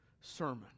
sermon